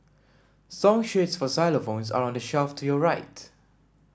song sheets for xylophones are on the shelf to your right